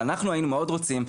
אבל אנחנו היינו מאוד רוצים,